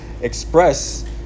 Express